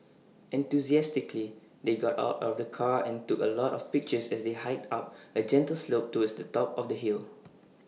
enthusiastically they got out of the car and took A lot of pictures as they hiked up A gentle slope towards the top of the hill